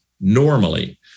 normally